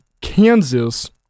Kansas